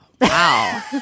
wow